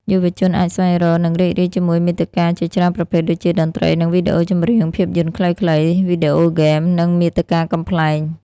យុវជនអាចស្វែងរក និងរីករាយជាមួយមាតិកាជាច្រើនប្រភេទដូចជា តន្ត្រី និងវីដេអូចម្រៀង ភាពយន្តខ្លីៗ វីដេអូហ្គេម និងមាតិកាកំប្លែង។